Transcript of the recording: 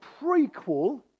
prequel